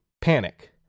panic